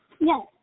Yes